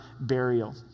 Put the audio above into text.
burial